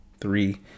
three